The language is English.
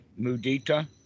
Mudita